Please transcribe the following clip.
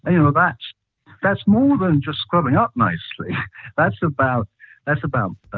and that's that's more than just growing up nicely that's about that's about